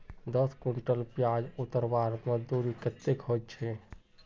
दस कुंटल प्याज उतरवार मजदूरी कतेक होचए?